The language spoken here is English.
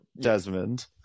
Desmond